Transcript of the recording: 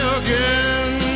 again